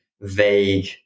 vague